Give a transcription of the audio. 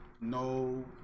no